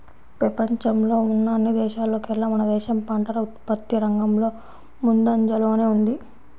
పెపంచంలో ఉన్న అన్ని దేశాల్లోకేల్లా మన దేశం పంటల ఉత్పత్తి రంగంలో ముందంజలోనే ఉంది